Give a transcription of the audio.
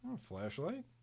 flashlight